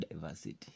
diversity